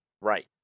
Right